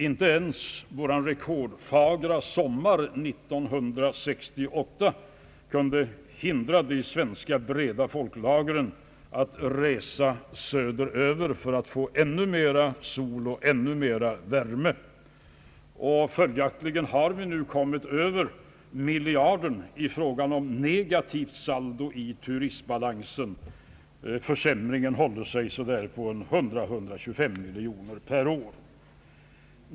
Inte ens vår rekordfagra sommar 1968 kunde hindra de svenska breda folklagren att resa söderöver för att få ännu mera sol och värme. Följaktligen har vi nu kommit över miljarden i fråga om negativt saldo i turistbalansen. Försämringen håller sig på 100—125 miljoner per år.